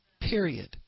Period